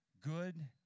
Good